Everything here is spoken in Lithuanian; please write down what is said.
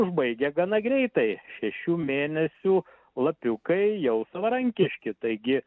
užbaigia gana greitai šešių mėnesių lapiukai jau savarankiški taigi